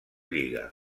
lliga